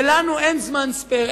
ולנו אין זמן ספייר,